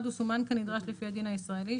הוא סומן כנדרש לפי הדין הישראלי,